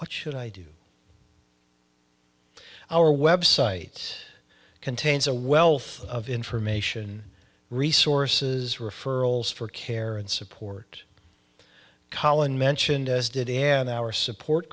what should i do our website contains a wealth of information resources referrals for care and support collin mentioned as did a on our support